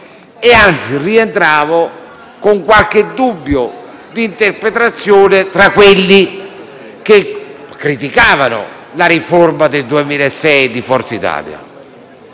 e rientravo, avendo qualche dubbio di interpretazione, tra quelli che criticavano la riforma del 2006 di Forza Italia